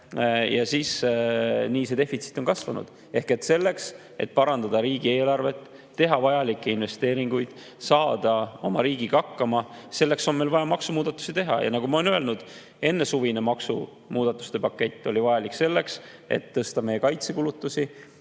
indeksiga. Nii see defitsiit on kasvanud. Selleks, et parandada riigieelarve [seisu], teha vajalikke investeeringuid, saada riigina hakkama, on meil vaja maksumuudatusi teha. Nagu ma olen öelnud, enne suve tehtud maksumuudatuste pakett oli vajalik selleks, et tõsta kaitsekulutusi.